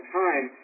time